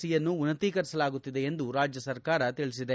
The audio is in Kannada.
ಸಿ ಯನ್ನು ಉನ್ನತೀಕರಿಸಲಾಗುತ್ತಿದೆ ಎಂದು ರಾಜ್ಯ ಸರ್ಕಾರ ತಿಳಿಸಿದೆ